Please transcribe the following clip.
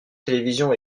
télévision